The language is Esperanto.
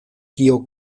kio